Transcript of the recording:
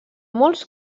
molts